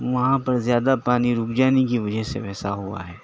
وہاں پر زیادہ پانی رک جانے کی وجہ سے ویسا ہوا ہے